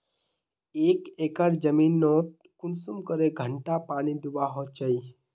एक एकर जमीन नोत कुंसम करे घंटा पानी दुबा होचए?